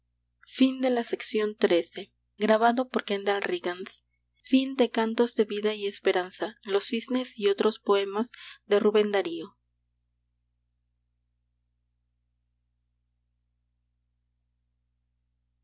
cantos de vida y esperanza los cisnes y otros poemas by rubén darío